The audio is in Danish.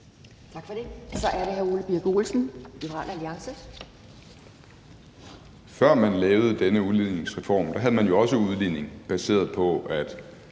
Før man lavede denne udligningsreform, havde man jo også udligning baseret på, at